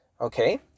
Okay